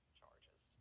charges